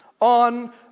on